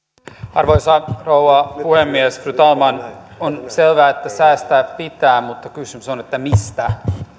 arvoisa rouva puhemies fru talman on selvää että säästää pitää mutta kysymys on mistä